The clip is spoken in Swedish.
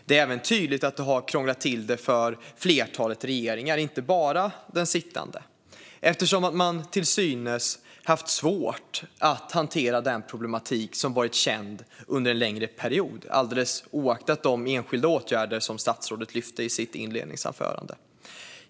Det är även tydligt att det har krånglat till det för ett flertal regeringar, inte bara den sittande, eftersom man till synes haft svårt att hantera den problematik som varit känd under en längre period, alldeles oavsett de enskilda åtgärder som statsrådet lyfte fram i sitt interpellationssvar.